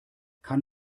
kann